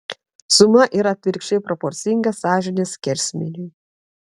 suma yra atvirkščiai proporcinga sąžinės skersmeniui